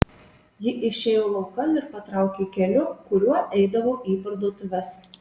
ji išėjo laukan ir patraukė keliu kuriuo eidavo į parduotuves